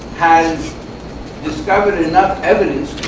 has discovered and enough evidence